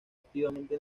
activamente